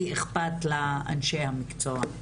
כי אכפת לאנשי המקצוע.